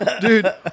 Dude